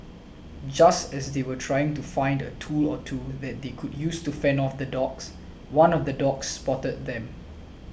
just as they were trying to find a tool or two that they could use to fend off the dogs one of the dogs spotted them